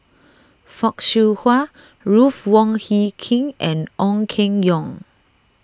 Fock Siew Wah Ruth Wong Hie King and Ong Keng Yong